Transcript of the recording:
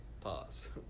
Pause